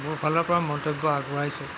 মোৰফালৰপৰা মন্তব্য আগুৱাইছোঁ